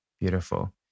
Beautiful